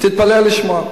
תתפלא לשמוע: